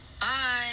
Bye